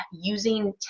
using